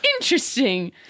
Interesting